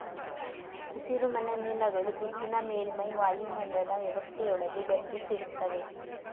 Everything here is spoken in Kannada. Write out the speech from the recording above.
ಹಸಿರುಮನೆ ಅನಿಲಗಳು ಬಿಸಿನ ಮೇಲ್ಮೈ ವಾಯುಮಂಡಲ ವ್ಯವಸ್ಥೆಯೊಳಗೆ ಬಂಧಿಸಿಡ್ತವೆ